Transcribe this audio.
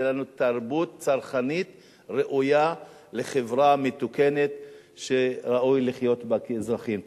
שתהיה לנו תרבות צרכנית ראויה בחברה מתוקנת שראוי לחיות בה כאזרחים.